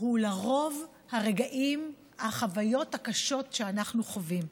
הוא לרוב החוויות הקשות שאנחנו חווים.